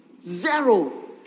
Zero